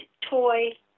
toy